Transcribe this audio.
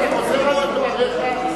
חבר הכנסת שטרית, אתה חוזר על דבריך.